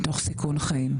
תוך סיכון חיים.